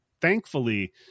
thankfully